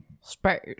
space